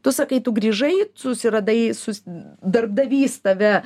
tu sakai tu grįžai susiradai su darbdavys tave